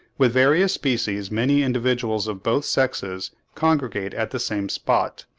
with various species many individuals of both sexes congregate at the same spot,